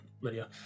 Lydia